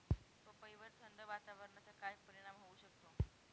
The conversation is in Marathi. पपईवर थंड वातावरणाचा काय परिणाम होऊ शकतो?